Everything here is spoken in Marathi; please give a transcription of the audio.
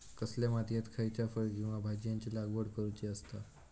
कसल्या मातीयेत खयच्या फळ किंवा भाजीयेंची लागवड करुची असता?